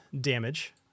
damage